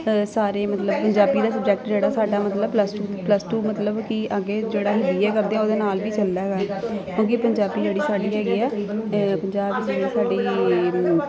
ਸਾਰੇ ਮਤਲਬ ਪੰਜਾਬੀ ਦਾ ਸਬਜੈਕਟ ਜਿਹੜਾ ਸਾਡਾ ਮਤਲਬ ਪਲਸ ਟੂ ਪਲਸ ਟੂ ਮਤਲਬ ਕਿ ਅੱਗੇ ਜਿਹੜਾ ਅਸੀਂ ਬੀ ਏ ਕਰਦੇ ਹਾਂ ਉਹਦੇ ਨਾਲ ਵੀ ਚੱਲਦਾ ਹੈਗਾ ਕਿਉਂਕਿ ਪੰਜਾਬੀ ਜਿਹੜੀ ਸਾਡੀ ਹੈਗੀ ਆ ਪੰਜਾਬ ਦੀ ਸਾਡੀ